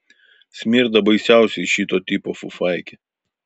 smirda baisiausiai šito tipo fufaikė